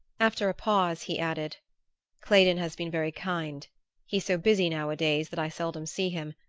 after a pause he added claydon has been very kind he's so busy nowadays that i seldom see him,